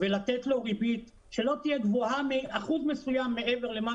ולתת לו ריבית שלא תהיה גבוהה מאחוז מסוים מעבר למה